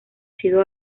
sido